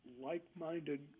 like-minded